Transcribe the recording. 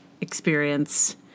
experience